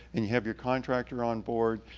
and you have your contractor on board,